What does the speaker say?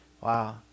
Wow